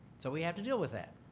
so we have to deal with that.